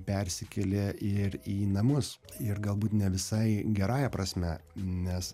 persikėlė ir į namus ir galbūt ne visai gerąja prasme nes